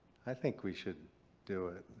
i think we should do it